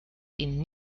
ihnen